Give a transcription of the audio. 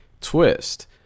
twist